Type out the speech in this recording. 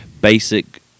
basic